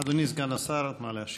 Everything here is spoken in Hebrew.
אדוני סגן השר, נא להשיב.